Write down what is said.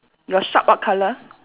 your shark what colour